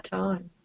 time